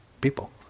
people